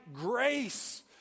grace